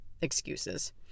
excuses